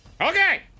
Okay